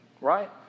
Right